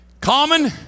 common